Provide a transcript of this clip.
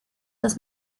dass